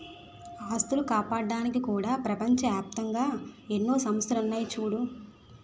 ఆస్తులు కాపాడ్డానికి కూడా ప్రపంచ ఏప్తంగా ఎన్నో సంస్థలున్నాయి చూడూ